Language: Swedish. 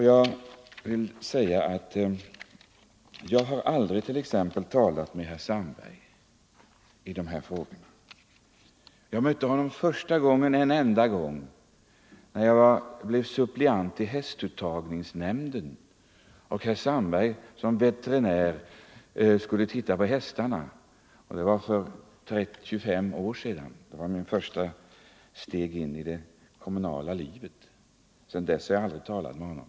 Jag har aldrig t.ex. talat med herr Sandberg om dessa frågor. Jag har mött honom en enda gång, nämligen när jag var suppleant i en hästuttagningsnämnd och när herr Sandberg som veterinär skulle undersöka hästarna. Det var mitt första steg in i det kommunala livet, för 25 år sedan. Sedan dess har jag aldrig talat med honom.